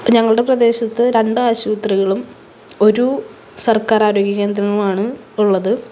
ഞങ്ങളുടെ പ്രദേശത്ത് രണ്ട് ആശുപത്രികളും ഒരു സർക്കാർ ആരോഗ്യ കേന്ദ്രവുമാണ് ഉള്ളത്